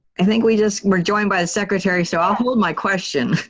i think we just were joined by the secretary so i'll hold my question.